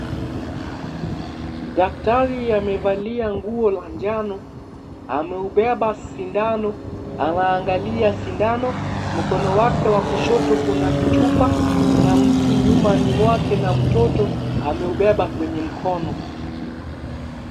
Daktari amevalia nguo la njano, ameubeba sindano, anaangalia sindano, mkono wake wa kushoto kuna kichupa, na mtu nyuma ni mwake na mtoto, ameubeba kwenye mono.